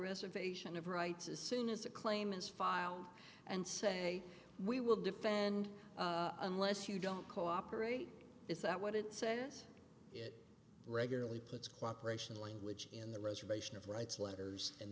reservation of rights as soon as a claim is filed and say we will defend unless you don't cooperate is that what it says it regularly puts cooperation language in the reservation of writes letters and